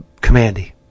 Commandy